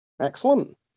Excellent